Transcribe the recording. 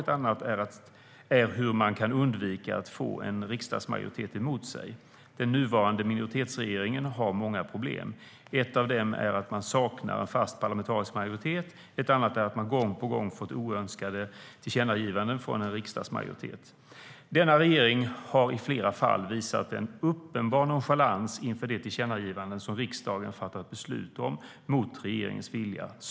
Ett annat är hur man kan undvika att få en riksdagsmajoritet emot sig. Den nuvarande minoritetsregeringen har många problem. Ett av dem är att man saknar en fast parlamentarisk majoritet att vila på när man lägger förslag, ett annat är att man gång på gång får oönskade tillkännagivanden från en riksdagsmajoritet. Denna regering har i flera fall visat en uppenbar nonchalans inför de tillkännagivanden som riksdagen har fattat beslut om mot regeringens vilja.